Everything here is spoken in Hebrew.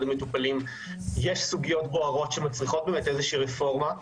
המטופלים יש סוגיות בוערות שמצריכות רפורמה.